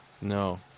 No